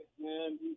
man